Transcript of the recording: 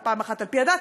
ופעם אחת על-פי הדת,